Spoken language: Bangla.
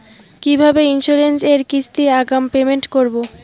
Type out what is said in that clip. কিভাবে ইন্সুরেন্স এর কিস্তি আগাম পেমেন্ট করবো?